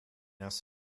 asks